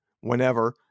whenever